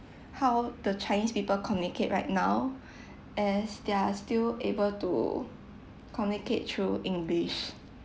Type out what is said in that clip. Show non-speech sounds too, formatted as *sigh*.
how the chinese people communicate right now *breath* as they’re still able to communicate through english